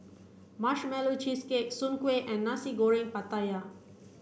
marshmallow cheesecake Soon Kueh and Nasi Goreng Pattaya